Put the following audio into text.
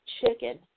chicken